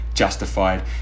Justified